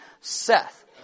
seth